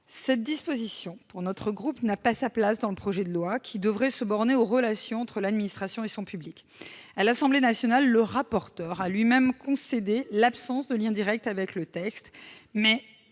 cette disposition n'a pas sa place dans ce projet de loi, qui devrait se borner à traiter des relations entre l'administration et le public. À l'Assemblée nationale, le rapporteur a lui-même concédé l'absence de lien direct avec le texte, mais